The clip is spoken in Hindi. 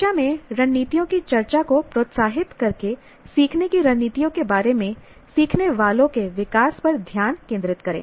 कक्षा में रणनीतियों की चर्चा को प्रोत्साहित करके सीखने की रणनीतियों के बारे में सीखने वालों के विकास पर ध्यान केंद्रित करें